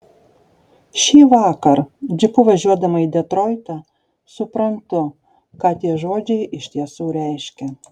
šįvakar džipu važiuodama į detroitą suprantu ką tie žodžiai iš tiesų reiškia